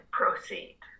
proceed